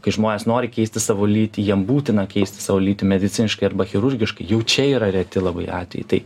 kai žmonės nori keisti savo lytį jiem būtina keisti savo lytį mediciniškai arba chirurgiškai jų čia yra reti labai atvejai tai